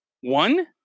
One